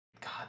god